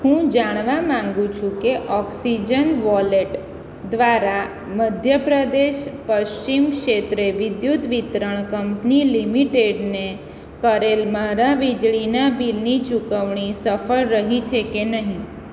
હું જાણવા માગું છું કે ઓક્સિજન વોલેટ દ્વારા મધ્યપ્રદેશ પશ્ચિમ ક્ષેત્રે વિદ્યુત વિતરણ કંપની લિમિટેડને કરેલ મારા વીજળીના બિલની ચુકવણી સફળ રહી છે કે નહીં